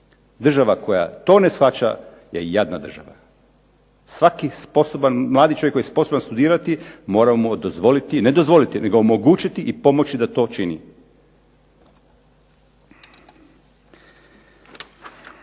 Država koja to ne shvaća je jadna država. Svaki mladi čovjek koji je sposoban studirati moramo mu dozvoliti, ne dozvoliti nego omogućiti i pomoći da to čini.